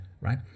right